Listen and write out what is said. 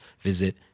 visit